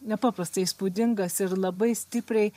nepaprastai įspūdingas ir labai stipriai